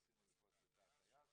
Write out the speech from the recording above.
שניסינו לפרוץ לתא הטייס,